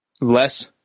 less